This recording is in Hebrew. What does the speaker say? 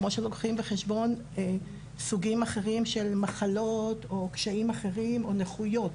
כמו שלוקחים בחשבון סוגים אחרים של מחלות או קשיים אחרים או נכויות.